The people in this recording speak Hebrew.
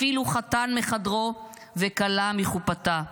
אפילו חתן מחדרו וכלה מחופתה.